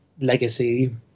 legacy